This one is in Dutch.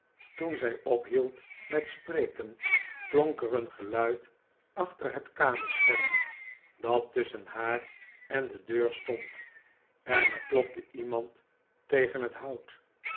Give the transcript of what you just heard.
toen zij ophield met spreken klonk er een geluid achter het kamerscherm dat tusschen haar en de deur stond en er klopte iemand tegen het hout